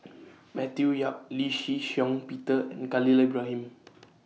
Matthew Yap Lee Shih Shiong Peter and Khalil Ibrahim